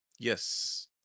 Yes